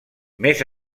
més